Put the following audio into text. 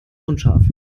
unscharf